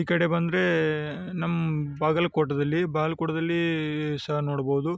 ಈ ಕಡೆ ಬಂದರೆ ನಮ್ಮ ಬಾಗಲಕೋಟದಲ್ಲಿ ಬಾಗ್ಲಕೋಟದಲ್ಲಿ ಸಹ ನೋಡ್ಬೌದು